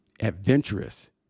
adventurous